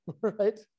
Right